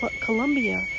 Colombia